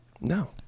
No